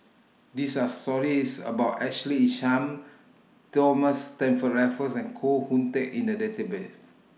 This Are stories about Ashley Isham Thomas Stamford Raffles and Koh Hoon Teck in The Database